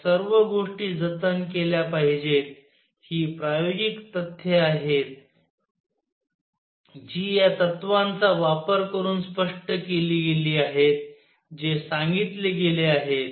या सर्व गोष्टी जतन केल्या पाहिजेत ही प्रायोगिक तथ्ये आहेत जी या तत्त्वांचा वापर करून स्पष्ट केली गेली आहेत जे सांगितले गेले आहेत